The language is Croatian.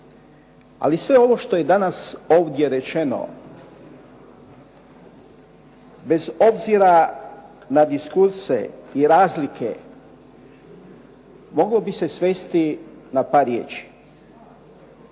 Ali sve ovo što je danas ovdje rečeno, bez obzira na diskurse i razlike moglo bi se svesti na par riječi,